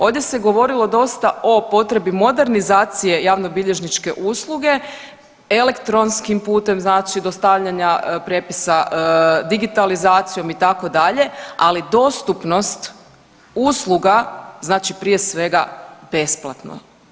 Ovdje se govorilo dosta o potrebi modernizacije javnobilježničke usluge, elektronskim putem znači dostavljanja prijepisa, digitalizacijom itd., ali dostupnost usluga znači prije svega besplatno.